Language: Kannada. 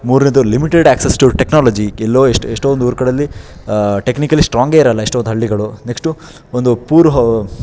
ಮೂರನೇದ್ದು ಲಿಮಿಟೆಡ್ ಆ್ಯಕ್ಸೆಸ್ ಟು ಟೆಕ್ನೋಲಜಿ ಎಲ್ಲೋ ಎಷ್ಟು ಎಷ್ಟೊಂದು ಊರ ಕಡೆಯಲ್ಲಿ ಟೆಕ್ನಿಕಲಿ ಸ್ಟ್ರಾಂಗೇ ಇರೋಲ್ಲ ಎಷ್ಟೊಂದು ಹಳ್ಳಿಗಳು ನೆಕ್ಶ್ಟು ಒಂದು ಪೂರ್ ಹೋ